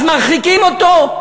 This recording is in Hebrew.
אז מרחיקים אותו?